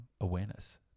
awareness